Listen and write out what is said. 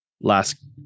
last